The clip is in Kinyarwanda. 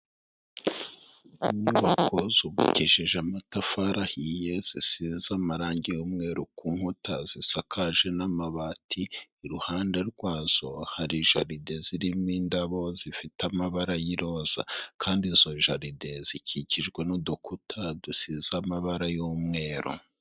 Inyubako zubagukisheje amatafari ahiye zisize amarangi y'umweru ku nkuta zisakaje amabati, iruhande rwazo hari jaride zirimo indabo zifite amabara y'iroza, kandi zo jaride zikikijwe n'udukuta dusize amabara y'umweru.